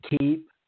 keep